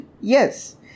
yes